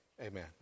Amen